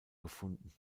gefunden